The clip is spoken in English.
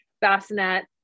bassinet